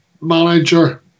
manager